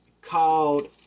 called